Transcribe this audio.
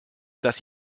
dass